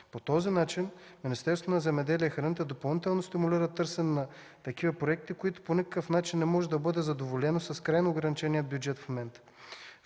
По този начин Министерството на земеделието и храните допълнително стимулира търсене на такива проекти, което по никакъв начин не може да бъде задоволено с крайно ограничения бюджет в момента.